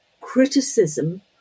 criticism